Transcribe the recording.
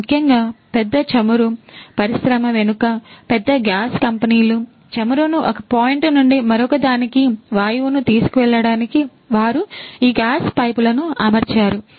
ముఖ్యంగా పెద్ద చమురు పరిశ్రమ వెనుక పెద్ద గ్యాస్ కంపెనీలు చమురును ఒక పాయింట్ నుండి మరొకదానికి వాయువును తీసుకువెళ్ళడానికి వారు ఈ గ్యాస్ పైపులను అమర్చారు